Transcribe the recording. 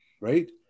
right